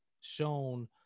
shown